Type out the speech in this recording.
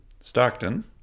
Stockton